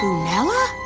prunella?